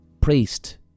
priest